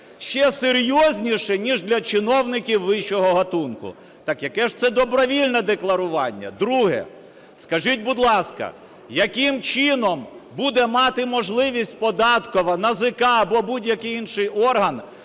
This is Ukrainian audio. ще серйозніше, ніж для чиновників вищого ґатунку. Так яке ж це добровільне декларування? Друге. Скажіть, будь ласка, яким чином буде мати можливість податкова, НАЗК або будь-який інший орган